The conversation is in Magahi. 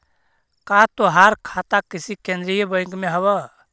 का तोहार खाता किसी केन्द्रीय बैंक में हव